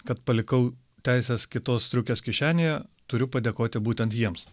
kad palikau teises kitos striukės kišenėje turiu padėkoti būtent jiems